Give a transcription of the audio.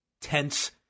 tense